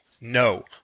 No